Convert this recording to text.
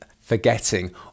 forgetting